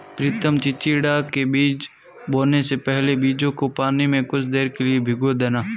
प्रितम चिचिण्डा के बीज बोने से पहले बीजों को पानी में कुछ देर के लिए भिगो देना